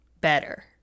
better